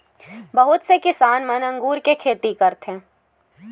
बहुत से किसान मन अगुर के खेती करथ